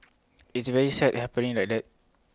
it's very sad happening like that